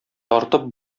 тартып